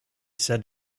said